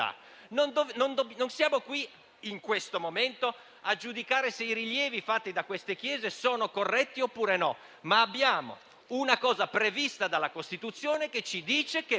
Non siamo qui in questo momento a giudicare se i rilievi fatti da dette chiese siano corretti o meno. Abbiamo una norma prevista dalla Costituzione che ci dice che